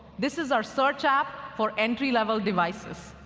this is our search app for entry level devices.